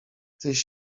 tyś